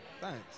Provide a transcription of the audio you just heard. Thanks